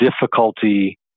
difficulty